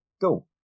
go